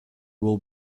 will